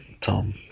Tom